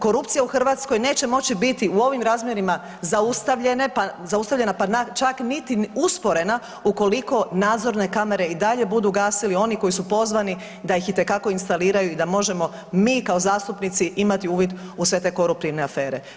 Korupcija u Hrvatskoj neće moći biti u ovim razmjerima zaustavljena pa čak niti usporena ukoliko nadzorne kamere i dalje budu gasili oni koji su pozvani da ih itekako instaliraju i da možemo mi kao zastupnici imati uvid u sve te koruptivne afere.